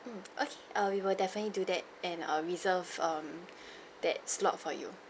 mm okay err we will definitely do that and err reserve um that slot for you